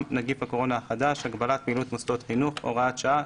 (נגיף הקורונה החדש) (הגבלת פעילות מוסדות חינוך) (הוראת שעה),